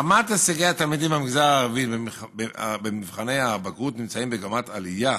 רמת הישגי התלמידים במגזר הערבי במבחני הבגרות נמצאת במגמת עלייה